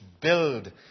build